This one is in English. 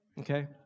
Okay